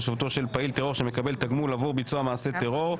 או תושבותו של פעיל טרור שמקבל תגמול עבור ביצוע מעשה טרור,